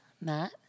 Matt